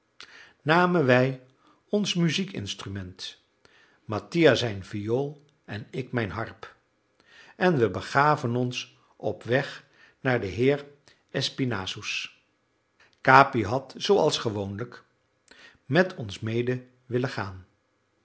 namen wij ons muziekinstrument mattia zijn viool en ik mijn harp en we begaven ons op weg naar den heer espinassous capi had zooals gewoonlijk met ons mede willen gaan